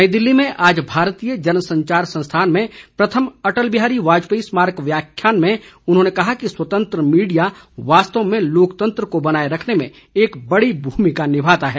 नई दिल्ली में आज भारतीय जनसंचार संस्थान में प्रथम अटल बिहारी वाजपेयी स्मारक व्याख्यान में उन्होंने कहा कि स्वतंत्र मीडिया वास्तव में लोकतंत्र को बनाये रखने में एक बड़ी भूमिका निभाता है